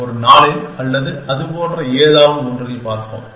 ஒரு நாளில் அல்லது அதுபோன்ற ஏதாவது ஒன்றில் பார்ப்போம்